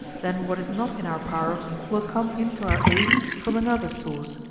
then what is not in our power will come in to our aid from another source,